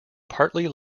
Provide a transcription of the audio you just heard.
partly